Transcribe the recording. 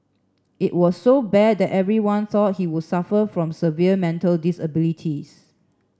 it was so bad that everyone thought he would suffer from severe mental disabilities